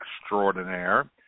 Extraordinaire